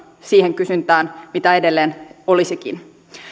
siihen kysyntään mitä edelleen olisikin